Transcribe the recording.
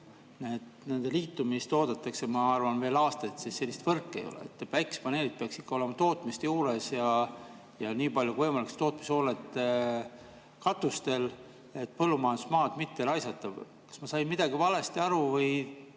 Nende liitumist oodatakse, ma arvan, veel aastaid, sest sellist võrku ei ole. Päikesepaneelid peaksid olema ikka tootmise juures ja nii palju, kui võimalik, tootmishoonete katustel, et põllumajandusmaad mitte raisata. Kas ma sain midagi valesti aru või